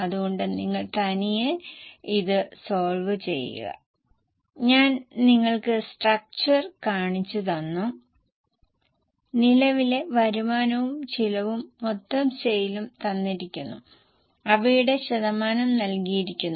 ഇപ്പോൾ ഈ കഴിഞ്ഞ വർഷത്തെ PL അക്കൌണ്ട് എടുക്കുക ഇത് പൂർണ്ണമായ PL അല്ല ലാഭനഷ്ടത്തെക്കുറിച്ചുള്ള വിവരങ്ങൾ നൽകുന്നു അതിൽ നിന്ന് കഴിഞ്ഞ വർഷത്തെ ലാഭം കണക്കാക്കുക അതായത് മാർച്ച് 14 തുടർന്ന് രണ്ട് കോളങ്ങൾ 15 നു വേണ്ടി ഉണ്ടാക്കുക